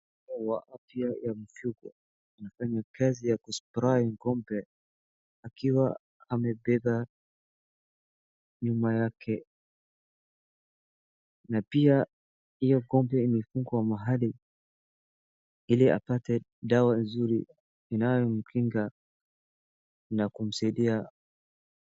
Mhudumu wa afya ya mifugo anafanya kazi ya kuspray ng'ombe akiwa amebeba nyuma yake, na pia hiyo ng'ombe imefungwa mahali ili apate dawa nzuri inayomkinga na kumsaidia.